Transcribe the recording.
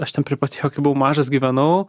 aš ten prie pat jo kai buvau mažas gyvenau